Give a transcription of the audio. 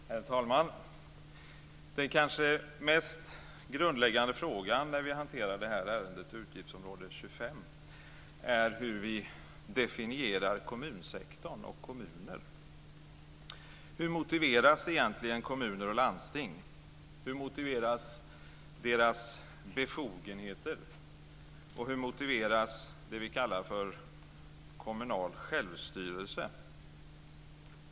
Herr talman! Den kanske mest grundläggande frågan när vi hanterar ärendet Utgiftsområde 25 är hur vi definierar kommunsektorn och kommuner. Hur motiveras egentligen kommuner och landsting? Hur motiveras deras befogenheter? Hur motiveras det vi kallar kommunal självstyrelse?